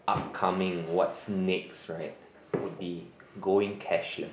upcoming what's next right would be going cashless